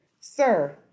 Sir